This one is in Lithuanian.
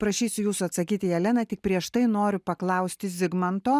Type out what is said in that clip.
prašysiu jūsų atsakyti jelena tik prieš tai noriu paklausti zigmanto